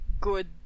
good